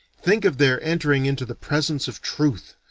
think of their entering into the presence of truth,